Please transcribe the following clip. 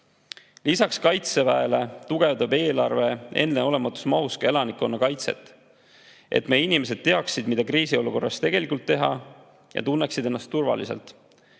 Kaitseväele tugevdab eelarve enneolematus mahus ka elanikkonnakaitset, et meie inimesed teaksid, mida kriisiolukorras teha ja tunneksid ennast turvaliselt.